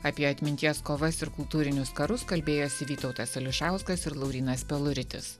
apie atminties kovas ir kultūrinius karus kalbėjosi vytautas ališauskas ir laurynas peluritis